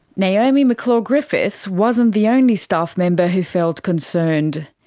naomi mcclure-griffiths wasn't the only staff member who felt concerned.